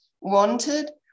wanted